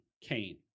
Kane